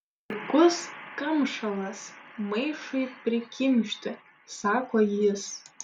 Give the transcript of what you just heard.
puikus kamšalas maišui prikimšti sako jis